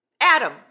Adam